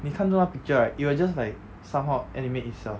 你着那个 picture right it will just like somehow animate itself